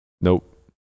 nope